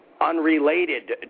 unrelated